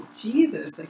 Jesus